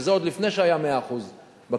וזה עוד לפני שהיה 100% בקרקע.